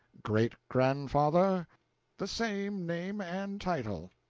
great-grandfather? the same name and title.